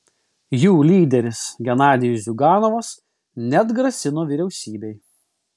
jų lyderis genadijus ziuganovas net grasino vyriausybei